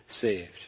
saved